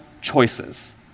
choices